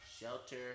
Shelter